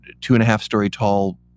two-and-a-half-story-tall